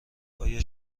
ایا